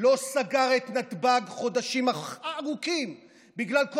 לא סגר את נתב"ג חודשים ארוכים בגלל כל